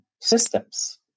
systems